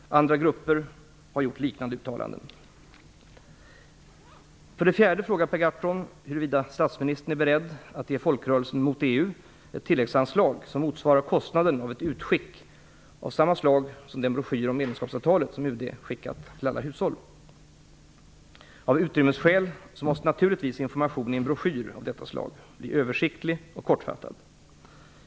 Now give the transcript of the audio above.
Andra grupper har gjort liknande uttalanden. För det fjärde frågar Per Gahrton huruvida statsministern är beredd att ge Folkrörelsen mot EU ett tilläggsanslag som motsvarar kostnaden av ett utskick av samma slag som den broschyr om medlemskapsavtalet som UD skickat till alla hushåll. Av utrymmesskäl måste naturligtvis information i en broschyr av detta slag bli översiktlig och kortfattad.